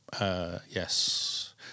Yes